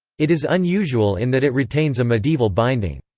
it is unusual in that it retains a medieval binding.